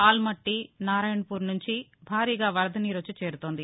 ఆల్మట్టి నారాయణపూర్ నుంచి భారీగా వరద నీరు వచ్చి చేరుతుంది